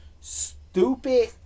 stupid